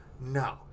No